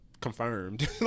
confirmed